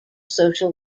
social